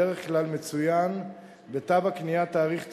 בדרך כלל מצוין בתו הקנייה תאריך תפוגה,